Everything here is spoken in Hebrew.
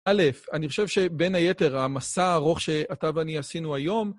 א', אני חושב שבין היתר, המסע הארוך שאתה ואני עשינו היום...